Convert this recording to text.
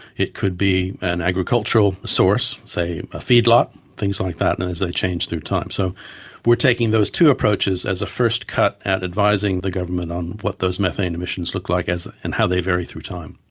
it could be an agricultural source, say a feedlot, things like that, and as they change through time. so we are taking those two approaches as a first cut at advising the government on what those methane emissions look like and how they vary through time.